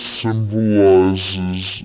symbolizes